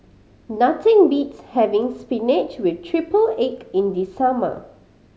nothing beats having spinach with triple egg in the summer